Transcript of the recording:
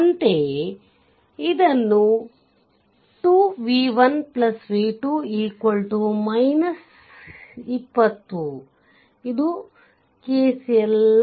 ಅಂತೆಯೇ ಅದನ್ನು2 v1 v2 20 ಇದು KCL 1